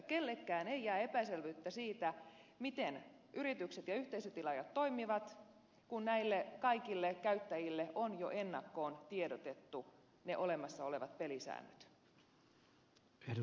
kenellekään ei jää epäselvyyttä siitä miten yritykset ja yhteisötilaajat toimivat kun näille kaikille käyttäjille on jo ennakkoon tiedotettu olemassa olevat pelisäännöt